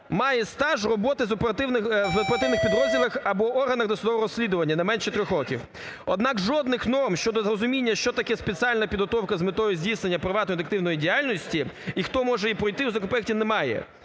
оперативних... в оперативних підрозділах або в органах досудового розслідування не менше трьох років. Однак жодних норм щодо розуміння, що таке спеціальна підготовка з метою здійснення приватної детективної діяльності і хто може і пройти, в законопроекті немає.